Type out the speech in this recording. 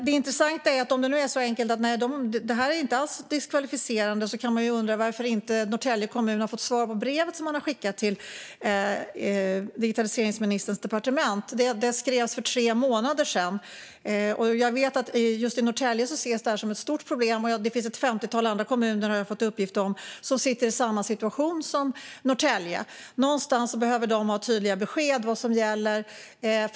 Det är intressant; om det är så enkelt att det inte alls är diskvalificerande undrar jag varför Norrtälje kommun inte har fått svar på det brev som man har skickat till digitaliseringsministerns departement. Det skrevs för tre månader sedan. Jag vet att det här i just Norrtälje ses som ett stort problem. Jag har också fått uppgift om att ett femtiotal andra kommuner är i samma situation som Norrtälje. De behöver få tydliga besked om vad som gäller.